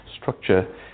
structure